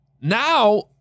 Now